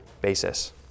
basis